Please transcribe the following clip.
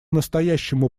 настоящему